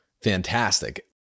fantastic